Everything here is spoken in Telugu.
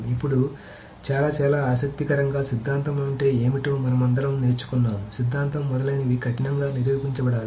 ఇప్పుడు చాలా చాలా ఆసక్తికరంగా సిద్ధాంతం అంటే ఏమిటో మనమందరం నేర్చుకున్నాము సిద్ధాంతం మొదలైనవి కఠినంగా నిరూపించబడాలి